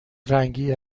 رنگی